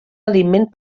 aliment